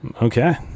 okay